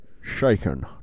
Shaken